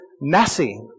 messy